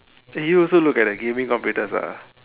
eh you also look at the gaming computers ah